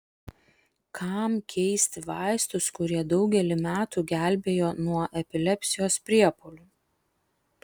kam keisti vaistus kurie daugelį metų gelbėjo nuo epilepsijos priepuolių